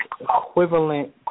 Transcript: equivalent